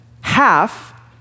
Half